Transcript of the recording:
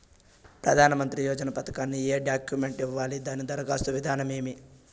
ప్రధానమంత్రి యోజన పథకానికి ఏ డాక్యుమెంట్లు ఇవ్వాలి దాని దరఖాస్తు విధానం ఏమి